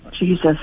Jesus